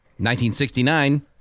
1969